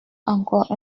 encore